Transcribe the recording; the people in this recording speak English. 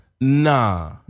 Nah